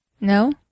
No